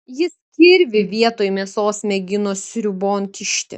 jis kirvį vietoj mėsos mėgino sriubon kišti